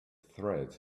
thread